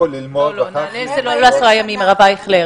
לא, לא, נעל"ה זה לא לעשרה ימים, הרב אייכלר.